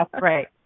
right